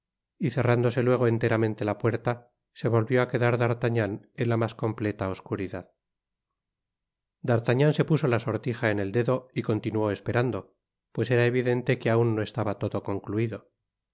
y cerrándose luego enteramente la puerta se volvió á quedar d'artagnan en la mas completa oscuridad d'artagnan se puso la sortija en el dedo y continuó esperando pues era evidente que aun no estaba todo concluido